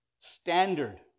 standard